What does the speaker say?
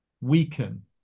weaken